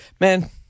Man